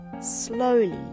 slowly